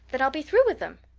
then i'll be through with them.